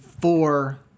four